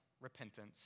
repentance